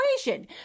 equation